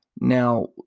Now